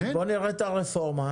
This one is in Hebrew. בוא נראה את הרפורמה.